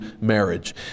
marriage